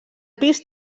pis